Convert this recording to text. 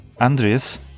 Andreas